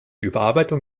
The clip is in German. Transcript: überarbeitung